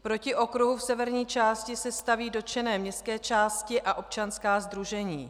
Proti okruhu v severní části se staví dotčené městské části a občanská sdružení.